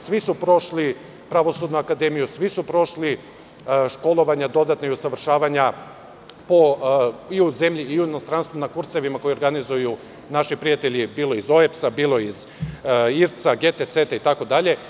Svi su prošli Pravosudnu akademiju, svi su prošli dodatna školovanja i usavršavanja i u zemlji i u inostranstvu, na kursevima koje organizuju naši prijatelji, bilo iz OEBS-a, bilo iz IRC-a, GTC-a itd.